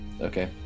Okay